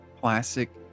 Classic